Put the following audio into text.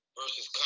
versus